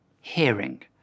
hearing